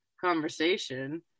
conversation